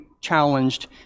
challenged